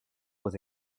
with